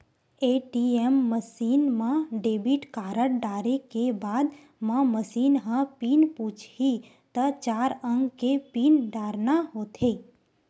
ATM machine म debit card डारे के बाद म मसीन ह पिन पूछही त चार अंक के पिन डारना होथे